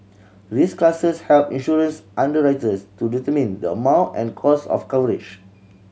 risk classes help insurance underwriters to determine the amount and cost of coverage